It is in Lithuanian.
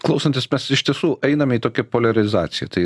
klausantis mes iš tiesų einame į tokią poliarizaciją tai